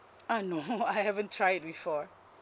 uh no I haven't tried it before